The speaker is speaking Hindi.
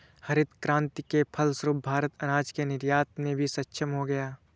हरित क्रांति के फलस्वरूप भारत अनाज के निर्यात में भी सक्षम हो गया